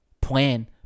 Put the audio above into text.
Plan